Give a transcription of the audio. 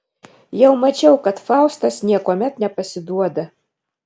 jau mačiau kad faustas niekuomet nepasiduoda